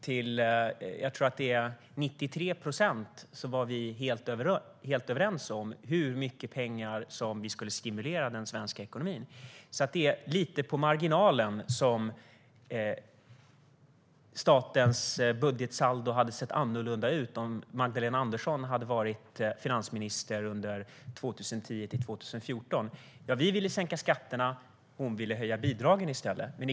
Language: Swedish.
Till 93 procent, tror jag, var vi helt överens om hur mycket pengar man skulle stimulera den svenska ekonomin med. Det är alltså lite på marginalen statens budgetsaldo hade sett annorlunda ut om Magdalena Andersson hade varit finansminister under 2010-2014. Vi ville sänka skatterna; hon ville i stället höja bidragen.